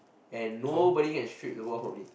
and nobody can strip the ball from me